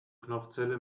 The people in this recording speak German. knopfzelle